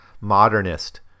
modernist